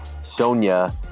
Sonia